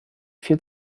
viel